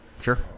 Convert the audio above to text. Sure